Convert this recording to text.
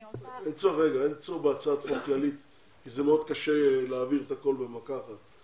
אין צורך בהצעת חוק כללית כי מאוד קשה להעביר את הכול במכה אחת.